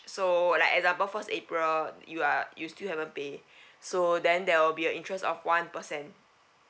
so like example first april you are you still haven't pay so then there will be a interest of one percent